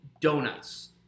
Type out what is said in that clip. donuts